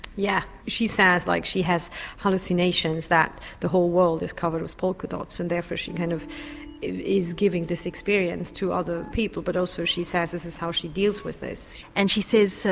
yeah she sounds like she has hallucinations, that the whole world is covered with polka dots and therefore she kind of is giving this experience to other people but also she says this is how she deals with this. and she says, so